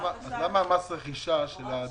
למה לא הארכנו כך את מס הרכישה על הדירות?